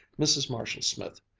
mrs. marshall-smith,